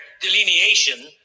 delineation